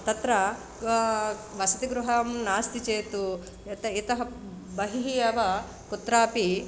तत्र वसतिगृहं नास्ति चेत् यत् यतः बहिः एव कुत्रापि